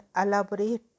elaborate